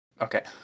Okay